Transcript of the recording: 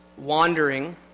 Wandering